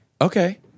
Okay